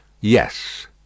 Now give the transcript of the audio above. Yes